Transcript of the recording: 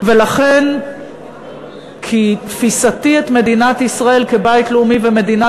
כי תפיסתי את מדינת ישראל כבית לאומי ומדינה